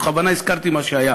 ובכוונה הזכרתי מה שהיה,